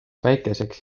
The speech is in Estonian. väikeseks